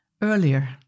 earlier